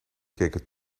keken